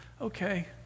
okay